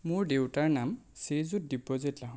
মোৰ দেউতাৰ নাম শ্ৰীযুত দিব্যজিত লাহন